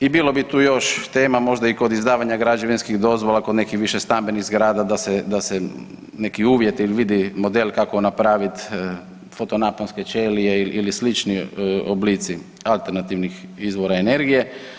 I bilo bi tu još tema možda i kod izdavanja građevinskih dozvola, kod nekih višestambenih zgrada da se, da se neki uvjeti vidi, model kako napraviti foto naponske ćelije ili slični oblici alternativnih izvora energije.